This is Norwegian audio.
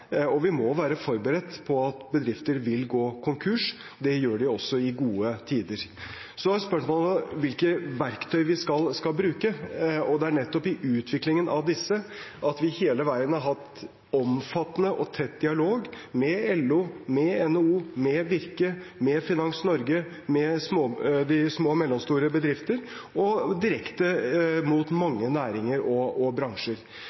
Og vi må være forberedt på at bedrifter vil gå konkurs. Det gjør de også i gode tider. Så er spørsmålet hvilke verktøy vi skal bruke, og det er nettopp i utviklingen av disse at vi hele veien har hatt omfattende og tett dialog med LO, med NHO, med Virke, med Finans Norge, med små og mellomstore bedrifter og direkte mot mange næringer og bransjer.